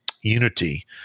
unity